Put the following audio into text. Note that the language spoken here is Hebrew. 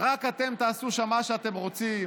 ורק אתם תעשו שם מה שאתם רוצים,